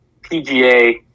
PGA